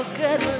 good